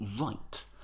right